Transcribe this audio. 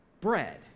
bread